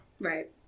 right